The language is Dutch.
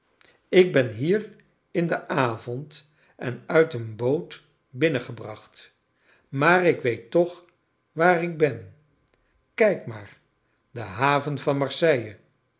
ik ben hier in den avond en uit een boot binnengebracht maar ik weet toch waar ik ben erik maar de haven van marseille